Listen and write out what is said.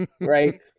right